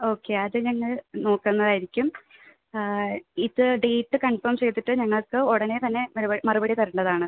okay അത് ഞങ്ങൾ നോക്കുന്നതായിരിക്കും ഇത് ഡേറ്റ് കൺഫേം ചെയ്തിട്ട് ഞങ്ങൾക്ക് ഉടനെ തന്നെ മറുപടി തരേണ്ടതാണ്